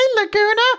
Laguna